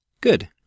Good